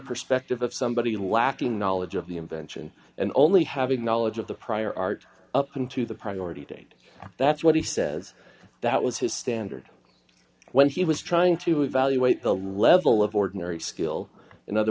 perspective of somebody lacking knowledge of the invention and only having knowledge of the prior art up into the priority date that's what he says that was his standard when he was trying to evaluate the level of ordinary skill in other